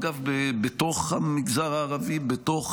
אגב, בתוך המגזר הערבי, בתוך